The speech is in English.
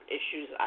issues